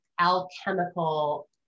alchemical